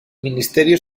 ministerio